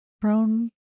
thrown